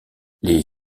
les